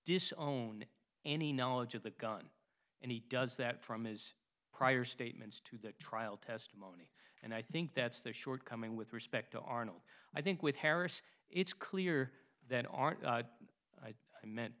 disown any knowledge of the gun and he does that from his prior statements to that trial testimony and i think that's the shortcoming with respect to arnold i think with harris it's clear then aren't i meant